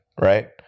right